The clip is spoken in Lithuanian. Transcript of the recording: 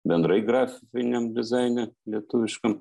bendrai grafiniam dizaine lietuviškam